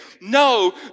no